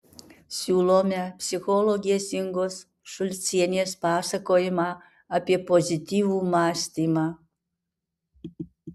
siūlome psichologės ingos šulcienės pasakojimą apie pozityvų mąstymą